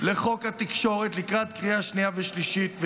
לחוק התקשורת לקראת קריאה שנייה ושלישית,